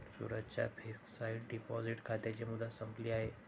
सूरजच्या fixed deposit खात्याची मुदत संपली आहे